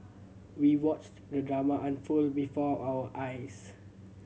we watched the drama unfold before our eyes